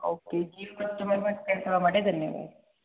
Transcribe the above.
okay Jio customer care પર call કરવા માટે ધન્યવાદ